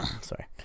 Sorry